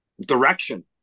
direction